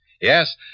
Yes